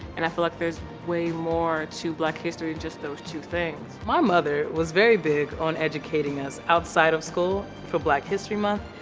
and i feel like there's way more to black history than just those two things. my mother was very big on educating us outside of school, for black history month,